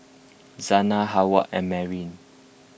Zana Heyward and Marin